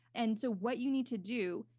and so, what you need to do,